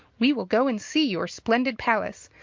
we will go and see your splendid palace,